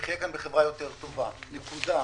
שנחיה כאן בחברה יותר טובה, נקודה.